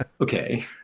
okay